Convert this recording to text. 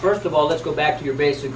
first of all let's go back to your basic